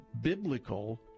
biblical